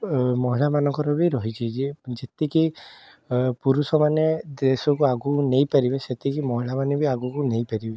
ମହିଳାମାନଙ୍କର ବି ରହିଛି ଯେ ଯେତିକି ପୁରୁଷମାନେ ଦେଶକୁ ଆଗକୁ ନେଇପାରିବେ ସେତିକି ମହିଳାମାନେ ବି ଆଗକୁ ନେଇପାରିବେ